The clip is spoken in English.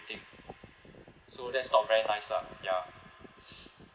so that's not very nice lah ya